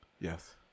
Yes